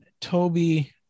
toby